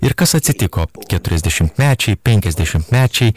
ir kas atsitiko keturiasdešimtmečiai penkiasdešimtmečiai